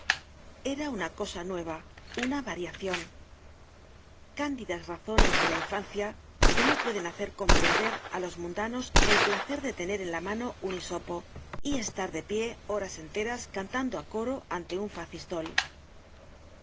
era una cosa nueva una variacion cándidas razones de la infancia que no pueden hacer comprender á los mundanos el placer de tener en la mano un hisopo y estar de pie horas enteras cantando á coro ante un facistol